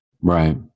Right